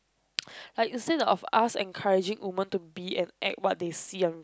like instead of us encouraging women to be and act what they see on